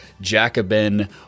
Jacobin